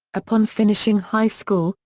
upon finishing high school,